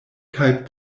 kaj